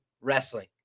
wrestling